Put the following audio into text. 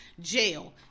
jail